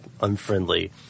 unfriendly